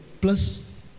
plus